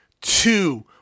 two